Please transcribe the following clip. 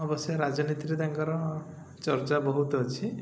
ଅବଶ୍ୟ ରାଜନୀତିରେ ତାଙ୍କର ଚର୍ଚ୍ଚା ବହୁତ ଅଛି